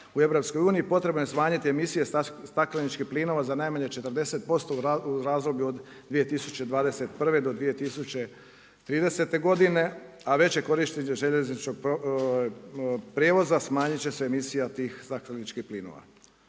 u EU-a, potrebno je smanjiti emisije stakleničkih plinova za najmanje 40% u razdoblju od 2021. do 2030. godine, a veće korištenje željezničkog prijevoza, smanjit će se emisija tih stakleničkih plinova.